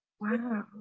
wow